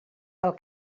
pel